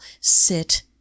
sit